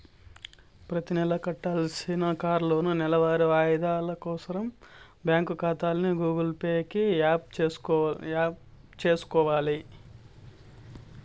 ప్రతినెలా కట్టాల్సిన కార్లోనూ, నెలవారీ వాయిదాలు కోసరం బ్యాంకు కాతాని గూగుల్ పే కి యాప్ సేసుకొవాల